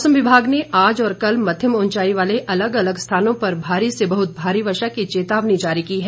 मौसम विभाग ने आज और कल मध्यम ऊंचाई वाले अलग अलग स्थानों पर भारी से बहुत भारी वर्षा की चेतावनी जारी की है